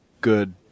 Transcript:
good